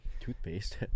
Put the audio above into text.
Toothpaste